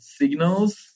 signals